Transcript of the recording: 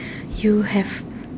you have